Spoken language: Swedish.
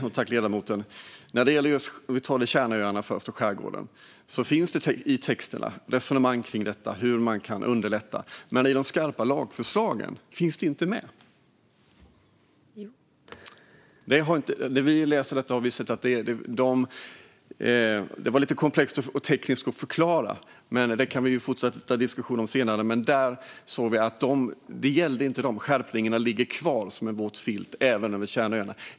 Fru talman! När det gäller kärnöarna och skärgården finns det i texterna resonemang kring hur man kan underlätta. Men i de skarpa lagförslagen finns detta inte med. Det är lite komplext och tekniskt att förklara, men vi kan fortsätta diskussionen om det senare. Vi såg att detta inte gällde. Skärpningarna ligger kvar som en våt filt även över kärnöarna.